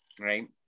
right